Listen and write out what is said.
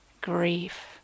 grief